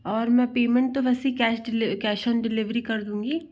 और मैं पेमेंट तो वैसे कैस डिली कैश ऑन डिलिवरी कर दूँगी